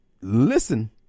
listen